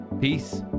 Peace